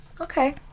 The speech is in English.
okay